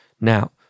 Now